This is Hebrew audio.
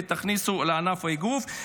ותכניסו לענף האגרוף.